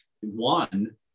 one